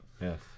Yes